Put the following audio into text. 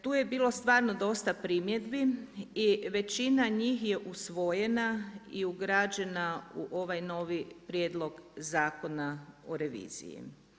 Tu je bilo stvarno dosta primjedbi i većina njih je usvojena i ugrađena u ovaj novi Prijedlog Zakona o reviziji.